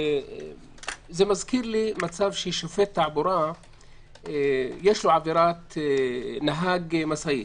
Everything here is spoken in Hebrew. וזה מזכיר לי מצב שלשופט תעבורה יש עבירה של נהג משאית,